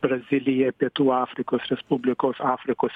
braziliją pietų afrikos respublikos afrikos